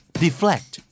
deflect